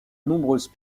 nombreuses